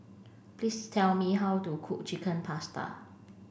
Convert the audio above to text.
please tell me how to cook Chicken Pasta